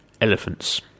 Elephants